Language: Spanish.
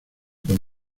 con